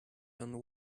and